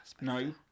No